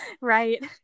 right